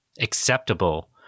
acceptable